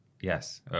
Yes